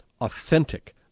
authentic